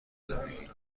زندگی